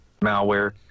malware